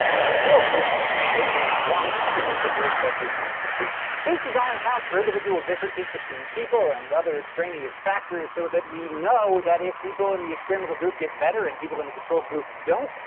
a control group, and at least one experimental group that receives the treatment. this design accounts for individual differences between people and other extraneous factors, so that we know that if people in the experimental group get better and people in the control group don't,